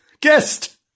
guest